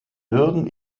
würden